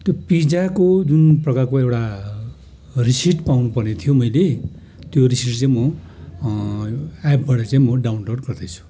त्यो पिजाको जुन प्रकारको एउटा रिसिप्ट पाउनुपर्ने थियो मैले त्यो रिसिप्ट चाहिँ म एपबाट चाहिँ डाउनलोड गर्दैछु